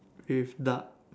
with duck